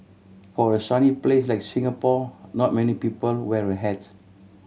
for a sunny place like Singapore not many people wear a hat